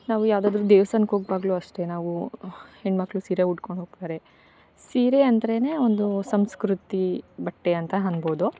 ನಾವು ಯಾವ್ದಾದರೂ ದೇವ್ಸ್ಥಾನಕ್ಕೆ ಹೋಗುವಾಗಲೂ ಅಷ್ಟೇ ನಾವೂ ಹೆಣ್ಣುಮಕ್ಳು ಸೀರೆ ಉಟ್ಕೊಂಡು ಹೋಗ್ತಾರೆ ಸೀರೆ ಅಂದರೇ ಒಂದು ಸಂಸ್ಕೃತಿ ಬಟ್ಟೆ ಅಂತ ಅನಬೌದು